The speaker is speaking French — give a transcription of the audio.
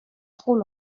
trop